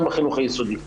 אבל גם בחינוך היסודי.